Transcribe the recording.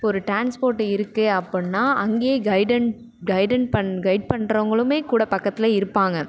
இப்போ ஒரு ட்ரான்ஸ்போர்ட்டு இருக்குது அப்புடின்னா அங்கேயே கெய்டன் கெய்டன் பண் கெய்ட் பண்ணுறவங்களுமே கூட பக்கத்தில் இருப்பாங்க